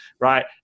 right